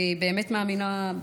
אני באמת מאמינה,